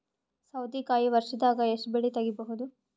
ಸೌತಿಕಾಯಿ ವರ್ಷದಾಗ್ ಎಷ್ಟ್ ಬೆಳೆ ತೆಗೆಯಬಹುದು?